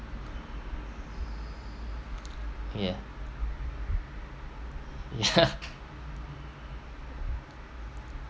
yeah ya